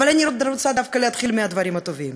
אבל אני רוצה דווקא להתחיל מהדברים הטובים,